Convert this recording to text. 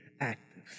active